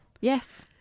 Yes